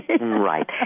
Right